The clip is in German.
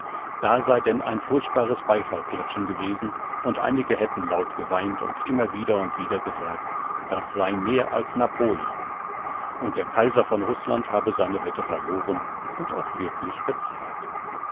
da sei denn ein furchtbares beifallklatschen gewesen und einige hätten laut geweint und immer wieder und wieder gesagt das sei mehr als napoleon und der kaiser von rußland habe seine wette verloren und auch wirklich bezahlt